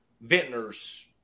vintners